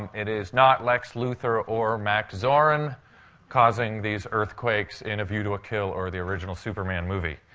it is not lex luthor or max zorin causing these earthquakes in a view to a kill or the original superman movie.